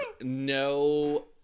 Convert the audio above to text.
no